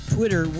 Twitter